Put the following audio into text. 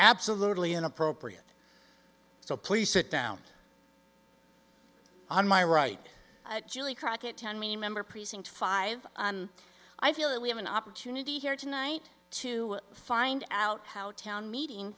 absolutely inappropriate so please sit down on my right julie crockett ten remember precinct five i feel that we have an opportunity here tonight to find out how to meeting